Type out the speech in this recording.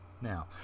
now